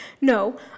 No